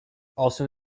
also